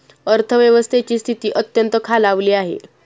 अर्थव्यवस्थेची स्थिती अत्यंत खालावली आहे